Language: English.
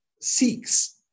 seeks